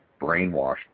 brainwashed